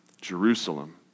Jerusalem